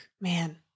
Man